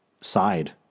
side